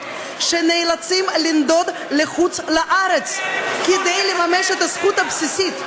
שנאלצים לנדוד לחוץ-לארץ כדי לממש את הזכות הבסיסית,